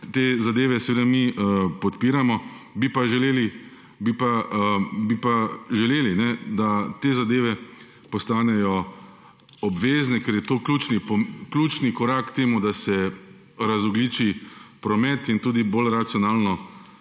te zadeve mi seveda podpiramo. Bi pa želeli, da te zadeve postanejo obvezne, ker je to ključni korak k temu, da se razogljiči promet in tudi bolj racionalno